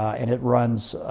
and it runs